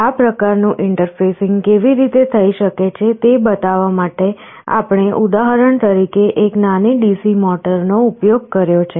આ પ્રકારનું ઇન્ટરફેસિંગ કેવી રીતે થઈ શકે છે તે બતાવવા માટે આપણે ઉદાહરણ તરીકે એક નાની DC મોટરનો ઉપયોગ કર્યો છે